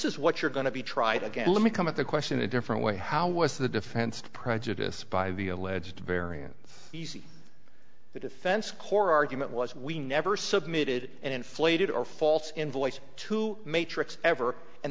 is what you're going to be tried again let me come at the question a different way how was the defense to prejudice by the alleged variance b c the defense core argument was we never submitted an inflated or false invoice to matrix ever and